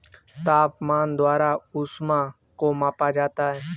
तापमान द्वारा ऊष्मा को मापा जाता है